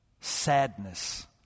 sadness